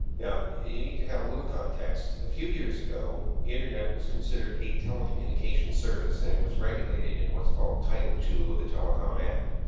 now, you need to have a little context. a few years ago, internet was considered a telecommunications service and it was regulated in what's called title ii of the telecom act,